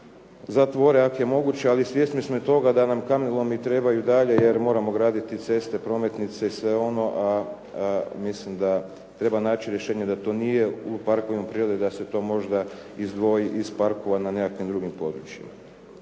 zatvore ako je moguće. Ali svjesni smo i toga da nam kamenolomi trebaju i dalje jer moramo graditi ceste, prometnice i sve ono. Mislim da treba naći rješenje, da to nije u parkovima prirode, da se to možda izdvoji iz parkova na nekakvim drugim područjima.